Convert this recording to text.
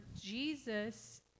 Jesus